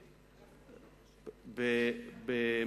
איפה?